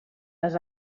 les